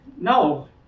No